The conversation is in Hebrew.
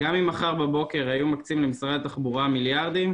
גם אם מחר בבוקר היו מקצים למשרד התחבורה מיליארדים,